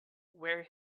where